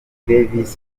devis